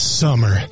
summer